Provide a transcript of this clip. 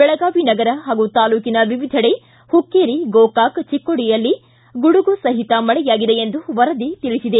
ಬೆಳಗಾವಿ ನಗರ ಹಾಗೂ ತಾಲೂಕಿನ ವಿವಿಧೆಡೆ ಹುಕ್ಕೇರಿ ಗೋಕಾಕ ಚಿಕ್ಕೋಡಿಯಲ್ಲಿ ಗುಡುಗು ಸಹಿತಿ ಮಳೆಯಾಗಿದೆ ಎಂದು ವರದಿ ತಿಳಿಸಿದೆ